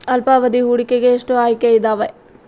ಅಲ್ಪಾವಧಿ ಹೂಡಿಕೆಗೆ ಎಷ್ಟು ಆಯ್ಕೆ ಇದಾವೇ?